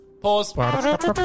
Pause